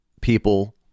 people